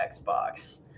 Xbox